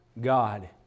God